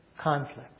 conflict